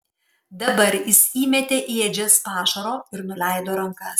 dabar jis įmetė į ėdžias pašaro ir nuleido rankas